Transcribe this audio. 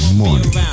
morning